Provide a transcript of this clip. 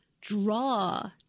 draw